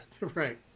Right